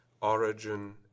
origin